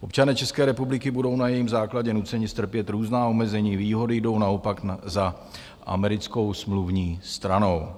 Občané České republiky budou na jejím základě nuceni strpět různá omezení, výhody jdou naopak za americkou smluvní stranou.